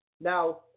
Now